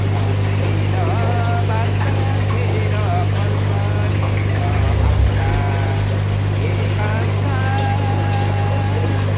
जाँदैन वाचा खेर पर्ख लिन आउँला ए कान्छा